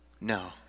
No